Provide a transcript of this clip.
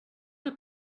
que